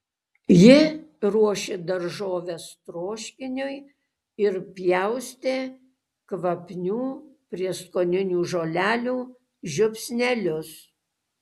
ji ruošė daržoves troškiniui ir pjaustė kvapnių prieskoninių žolelių žiupsnelius